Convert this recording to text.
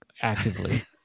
actively